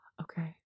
Okay